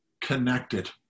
connected